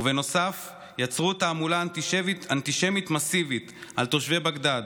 ובנוסף יצרו תעמולה אנטישמית מסיבית לתושבי בגדאד.